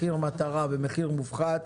מחיר מטרה ומחיר מופחת,